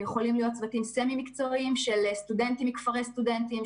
הם יכולים להיות צוותים סמי-מקצועיים של סטודנטים מכפרי סטודנטים,